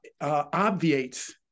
obviates